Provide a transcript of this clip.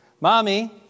Mommy